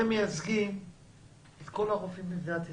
אתם מייצגים את כל הרופאים במדינת ישראל.